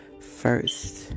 first